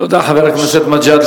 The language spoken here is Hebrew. תודה, חבר הכנסת מג'אדלה.